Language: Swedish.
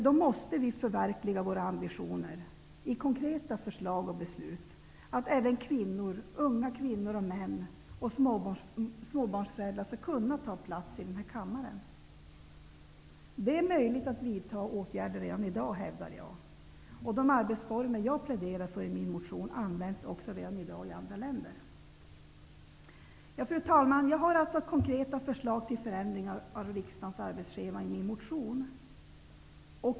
Vi måste förverkliga våra ambitioner i konkreta förslag och beslut. Även unga kvinnor och män och småbarnsföräldrar skall kunna ta plats i kammaren. Jag hävdar att det är möjligt att vidta åtgärder redan i dag. De arbetsformer jag pläderar för i min motion används också redan i dag i andra länder. Fru talman! Jag har alltså konkreta förslag till förändringar av riksdagens arbetsschema i min motion.